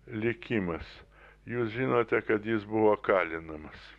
likimas jūs žinote kad jis buvo kalinamas